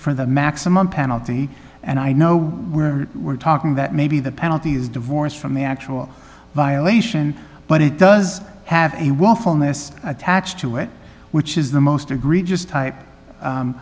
for the maximum penalty and i know we're we're talking that maybe the penalty is divorced from the actual violation but it does have a wall fulness attached to it which is the most egregious type